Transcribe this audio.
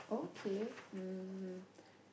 okay um